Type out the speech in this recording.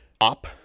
Op